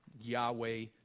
Yahweh